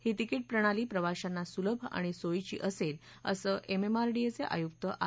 ही ticket प्रणाली प्रवाशांना सुलभ आणि सोयीची असेल असं एमएमआरडीएचे आयुक्त आर